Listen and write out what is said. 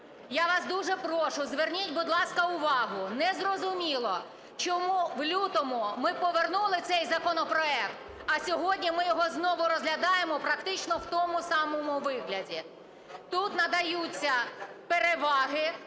Я вас дуже прошу, зверніть, будь ласка, увагу. Незрозуміло, чому в лютому ми повернули цей законопроект, а сьогодні ми його знову розглядаємо практично в тому самому вигляді. Тут надаються переваги